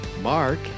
mark